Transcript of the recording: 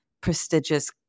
prestigious